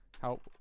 help